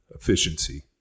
efficiency